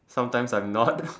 sometimes I'm not